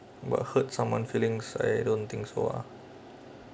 but hurt someone feelings I don't think so ah